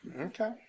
Okay